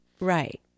Right